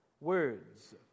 words